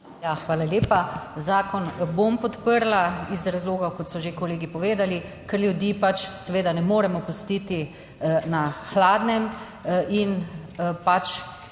hvala lepa. Zakon bom podprla iz razlogov, kot so že kolegi povedali, ker ljudi pač seveda ne moremo pustiti na hladnem in pač,